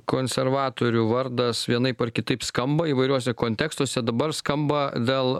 konservatorių vardas vienaip ar kitaip skamba įvairiuose kontekstuose dabar skamba dėl